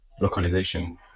localization